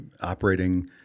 operating